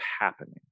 happening